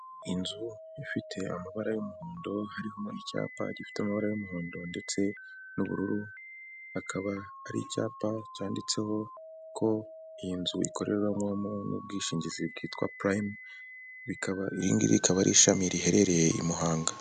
inzu ifite amabara y'umuhondo ,hariho icyapa gifite amabara y'umuhondo ndetse n'ubururu, akaba ari icyapa cyanditseho ko iyi nzu ikorerwamo n'ubwishingizi bwitwa puriyime iri rikaba ari ishami riherereye i muhanga.